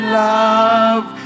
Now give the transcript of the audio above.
love